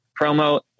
promo